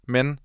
Men